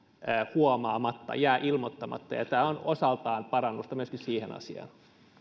huomaamatta jää ilmoittamatta ja tämä on osaltaan parannusta myöskin siihen asiaan